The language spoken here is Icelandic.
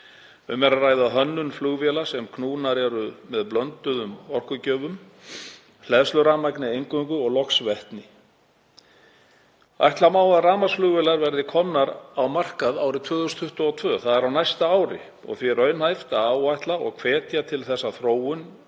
Um er að ræða hönnun flugvéla sem knúnar eru með blönduðum orkugjöfum, hleðslurafmagni eingöngu og loks vetni. Ætla má að rafmagnsflugvélar verði komnar á markað árið 2022, það er á næsta ári, og því raunhæft að áætla og hvetja til þess að þróun